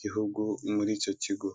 gihugu, muri icyo kigo.